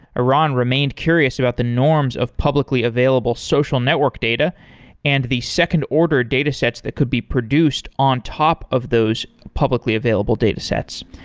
aran remained curious about the norms of publicly available social network data and the second order datasets that could be produced on top of those publicly available datasets.